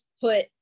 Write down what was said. put